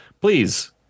please